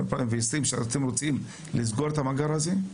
2020 שאתם רוצים לסגור את המאגר הזה?